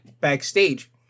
backstage